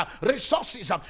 resources